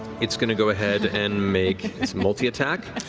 it's going to go ahead and make its multiattack.